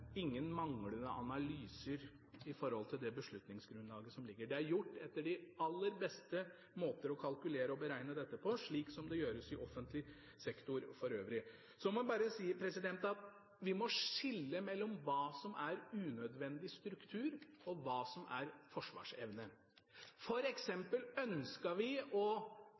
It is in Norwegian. ingen manglende analyser med hensyn til det beslutningsgrunnlaget som ligger. Det er gjort etter de aller beste måter å kalkulere og beregne dette på, slik som det gjøres i offentlig sektor for øvrig. Så må jeg bare si at vi må skille mellom hva som er unødvendig struktur, og hva som er forsvarsevne. For eksempel ønsket vi å